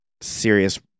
serious